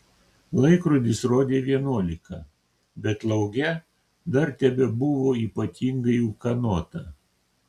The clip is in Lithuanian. laikrodis rodė vienuolika bet lauke dar tebebuvo ypatingai ūkanota